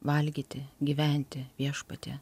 valgyti gyventi viešpatie